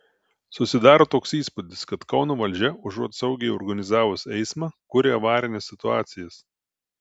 susidaro toks įspūdis kad kauno valdžia užuot saugiai organizavus eismą kuria avarines situacijas